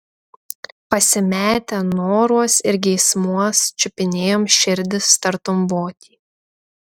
pasimetę noruos ir geismuos čiupinėjom širdis tartum votį